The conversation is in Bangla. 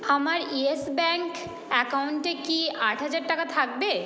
আমার ইয়েস ব্যাংক অ্যাকাউন্টে কি আট হাজার টাকা থাকবে